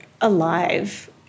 alive